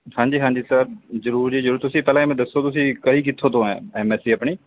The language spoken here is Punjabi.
ਹਾਂਜੀ ਹਾਂਜੀ ਸਰ ਜ਼ਰੂਰ ਜੀ ਜ਼ਰੂਰ ਤੁਸੀਂ ਪਹਿਲਾਂ ਇਵੇਂ ਦੱਸੋ ਤੁਸੀਂ ਕਰੀ ਕਿੱਥੋਂ ਤੋਂ ਹੈ ਐਮ ਐਸ ਸੀ ਆਪਣੀ